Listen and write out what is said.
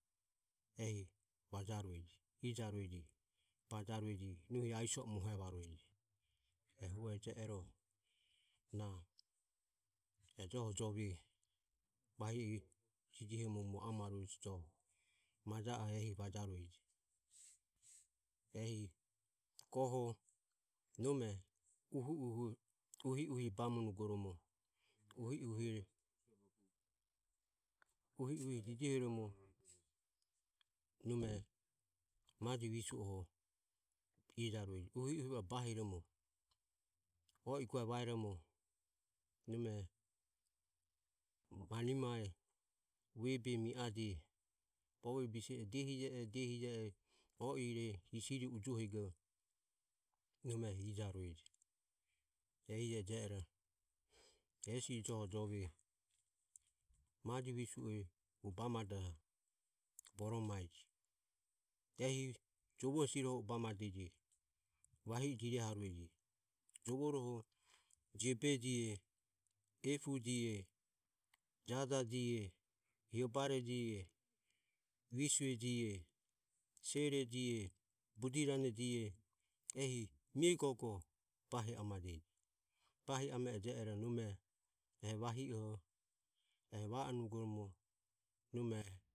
Ehi vajarueje ijarue bajarueje nohi aiso e muohevarueje ehu eje ero na e joho jove vahi e jijihoromo mu amarue joho maja oho ehi vajarueje. Ehi goho nome uhi uhi bamonugoromo uhi uhi jijihoromo nome majo visue ijarueje nome uhi uhi bahiromo goho o i gua vaeromo nome manimae vuebe mi aje bovie bise e diehije e diehije e o Ire hisire ujuohego nome ijarueje. Ehi je ero ehesi johojove maje visue hu bamadoho boromo maeje ehi jovo hesirohu o bamadeje vahi e jirehrueje jovoroho jiobe jie epue jie jaja jie hiobare jie visue jie sere jie bujirane jie ehi mie gogo bahi amade. Bahi a me ero nome e vahi oho e va onugoromo nome